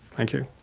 thank you.